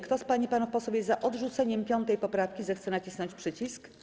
Kto z pań i panów posłów jest za odrzuceniem 5. poprawki, zechce nacisnąć przycisk.